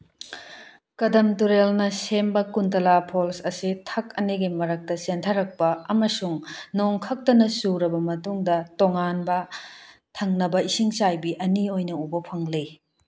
ꯀꯗꯝ ꯇꯨꯔꯦꯜꯅ ꯁꯦꯝꯕ ꯀꯨꯟꯇꯂꯥ ꯐꯣꯜꯁ ꯑꯁꯤ ꯊꯛ ꯑꯅꯤꯒꯤ ꯃꯔꯛꯇ ꯆꯦꯟꯊꯔꯛꯄ ꯑꯃꯁꯨꯡ ꯅꯣꯡ ꯈꯛꯇꯅ ꯆꯨꯔꯕ ꯃꯇꯨꯡꯗ ꯇꯣꯉꯥꯟꯕ ꯊꯪꯅꯕ ꯏꯁꯤꯡ ꯆꯥꯏꯕꯤ ꯑꯅꯤ ꯑꯣꯏꯅ ꯎꯕ ꯐꯪꯂꯤ